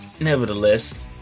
nevertheless